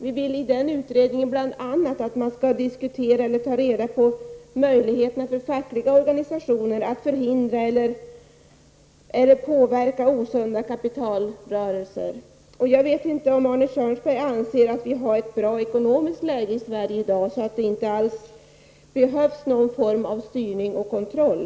Vi vill med den utredningen bl.a. att man skall ta reda på möjligheterna för fackliga organisationer att förhindra eller påverka osunda kapitalrörelser. Jag vet inte om Arne Kjörnsberg anser att vi har ett bra ekonomiskt läge i Sverige i dag, så att det inte alls behövs någon form av styrning och kontroll.